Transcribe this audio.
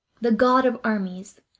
the god of armies!